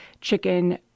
chicken